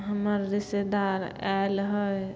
हमर रिश्तेदार आएल हइ